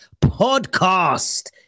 Podcast